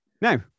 Now